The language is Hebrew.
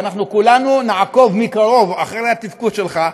וכולנו נעקוב מקרוב אחרי התפקוד שלך,